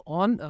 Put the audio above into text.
on